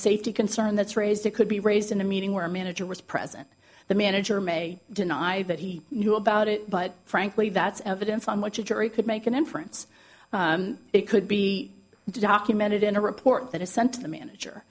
safety concern that's raised it could be raised in a meeting where a manager was present the manager may deny that he knew about it but frankly that's evidence on which a jury could make an inference it could be documented in a report that is sent to the manager